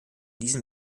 diesem